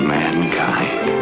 mankind